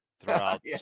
throughout